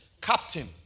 captain